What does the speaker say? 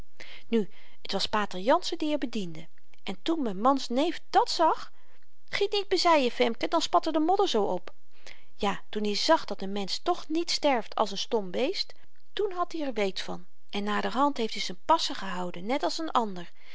nu t was pater jansen die r bediende en toen m'n mans neef dat zag giet niet bezyen femke dan spat er de modder zoo op ja toen i zag dat n mensch toch niet sterft als n stom beest toen had i r weet van en naderhand heeft i z'n paschen gehouden net als n ander